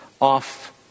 off